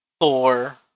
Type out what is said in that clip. Thor